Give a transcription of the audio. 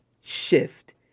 shift